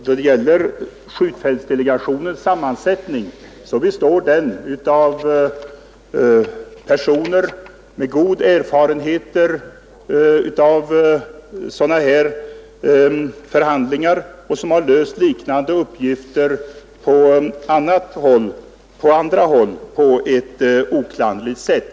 Vad skjutfältsdelegationens sammansättning beträffar består den av personer med god erfarenhet av sådana här förhandlingar, som har löst liknande uppgifter på andra håll på ett oklanderligt sätt.